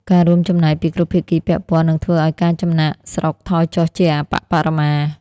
ការរួមចំណែកពីគ្រប់ភាគីពាក់ព័ន្ធនឹងធ្វើឱ្យការចំណាកស្រុកថយចុះជាអប្បបរមា។